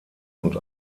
und